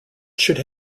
should